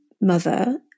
mother